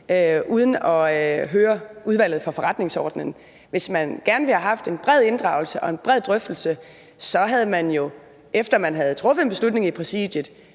uden at høre Udvalget for Forretningsordenen. Hvis man gerne ville have haft en bred inddragelse og en bred drøftelse, så havde man jo, efter man havde truffet en beslutning i Præsidiet,